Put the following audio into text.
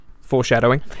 Foreshadowing